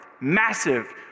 Massive